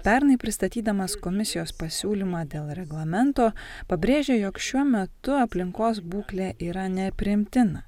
pernai pristatydamas komisijos pasiūlymą dėl reglamento pabrėžė jog šiuo metu aplinkos būklė yra nepriimtina